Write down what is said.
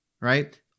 Right